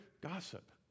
gossip